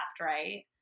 right